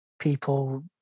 people